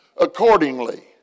accordingly